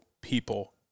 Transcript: people